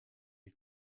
est